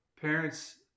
parents